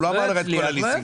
הוא לא אמר לך את כל הליסינג.